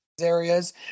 areas